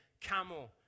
camel